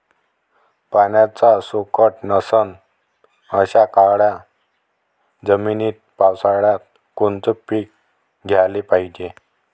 पाण्याचा सोकत नसन अशा काळ्या जमिनीत पावसाळ्यात कोनचं पीक घ्याले पायजे?